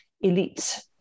elite